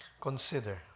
consider